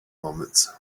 moments